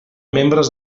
membres